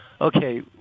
okay